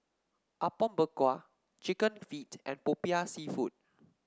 Apom Berkuah chicken feet and Popiah seafood